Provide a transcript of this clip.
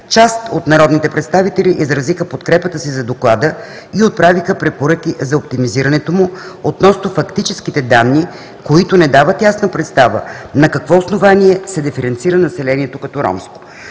Част от народните представители изразиха подкрепата си за Доклада и отправиха препоръки за оптимизирането му, относно фактическите данни, които не дават ясна представа на какво основание се диференцира населението като ромско.